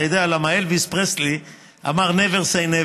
אתה יודע, למה אלביס פרסלי אמר: never say never.